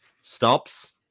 stops